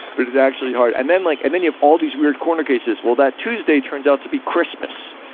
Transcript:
but it's actually hard. and then like and then you have all these weird corner cases. well, that tuesday turns out to be christmas.